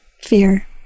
Fear